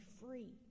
free